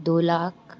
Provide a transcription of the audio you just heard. दो लाख